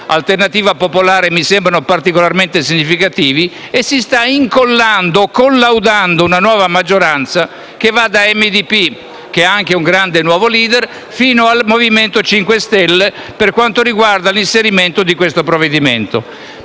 Alternativa Popolare mi sembrano particolarmente significativi) e si sta incollando o collaudando una nuova maggioranza, che va da Articolo 1-MDP - che ha anche un grande nuovo *leader* - fino al Movimento 5 Stelle, per quanto riguarda l'inserimento di questo provvedimento.